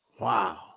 Wow